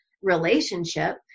relationship